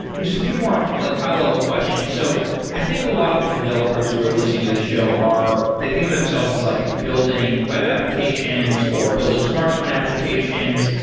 just a few more like high-level questions. so i think a lot of the developers who are listening to this show they think of themselves as like building web applications, or building smartphone applications,